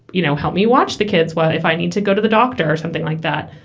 you know, help me watch the kids while if i need to go to the doctor or something like that.